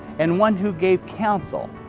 and one who gave counsel,